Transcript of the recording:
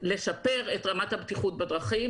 לשפר את רמת הבטיחות בדרכים.